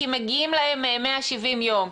כי מגיעים להם 170 יום.